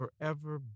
forever